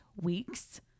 weeks